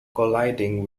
colliding